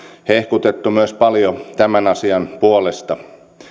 hehkutettu myös paljon tämän asian puolesta